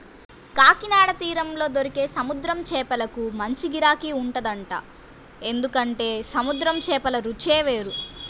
కాకినాడ తీరంలో దొరికే సముద్రం చేపలకు మంచి గిరాకీ ఉంటదంట, ఎందుకంటే సముద్రం చేపల రుచే వేరు